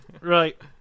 Right